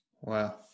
Wow